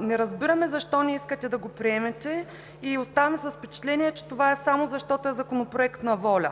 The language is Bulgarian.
Не разбираме защо не искате да го приемете и оставам с впечатление, че това е само защото е Законопроект на „Воля“?!